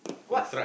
what